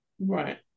Right